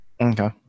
Okay